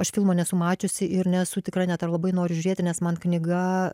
aš filmo nesu mačiusi ir nesu tikra net ar labai noriu žiūrėti nes man knyga